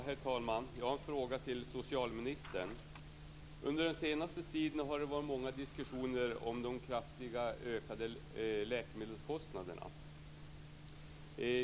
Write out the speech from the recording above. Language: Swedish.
Herr talman! Jag har en fråga till socialministern. Under den senaste tiden har det varit många diskussioner om de kraftigt ökade läkemedelskostnaderna.